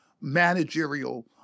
managerial